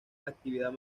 actividad